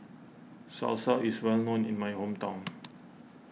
Salsa is well known in my hometown